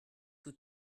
que